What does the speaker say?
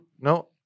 no